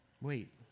Wait